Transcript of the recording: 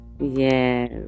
Yes